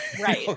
right